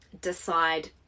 decide